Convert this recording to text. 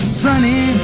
sunny